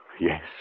yes